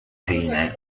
fine